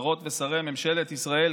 שרות ושרי ממשלת ישראל,